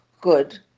good